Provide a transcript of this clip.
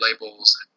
labels